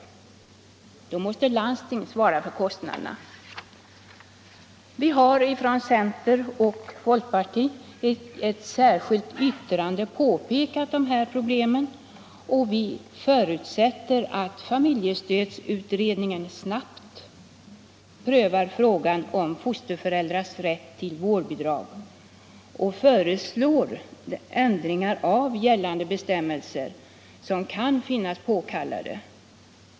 Då 6 maj 1976 måste landstinget svara för kostnaderna. ERNER TT Vi har från centern och folkpartiet i ett särskilt yttrande pekat på de — Föräldraförsäkringhär problomen, och vi förutsätter att familjestödsutredningen snabbt prö — en m.m. var frågan om fosterföräldrars rätt till vårdbidrag och föreslår de ändringar av gällande bestämmelser som kan finnas påkallade.